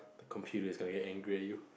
the computer is gonna get angry at you